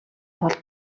тулд